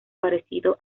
parecido